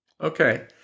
Okay